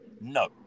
No